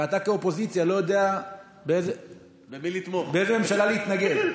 ואתה כאופוזיציה לא יודע לאיזו ממשלה להתנגד.